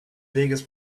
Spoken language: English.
biggest